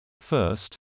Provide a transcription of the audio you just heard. First